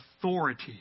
authority